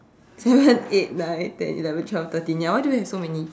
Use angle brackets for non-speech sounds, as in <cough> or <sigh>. <laughs> seven eight nine ten eleven twelve thirteen ya why do we have so many